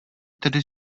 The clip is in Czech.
tedy